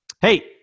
Hey